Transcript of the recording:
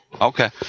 Okay